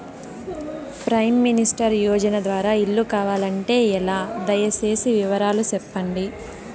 Prime minister యోజన ద్వారా ఇల్లు కావాలంటే ఎలా? దయ సేసి వివరాలు సెప్పండి?